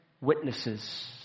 witnesses